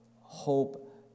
Hope